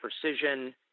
precision